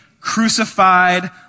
crucified